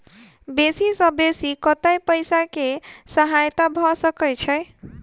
बेसी सऽ बेसी कतै पैसा केँ सहायता भऽ सकय छै?